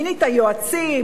מינית יועצים,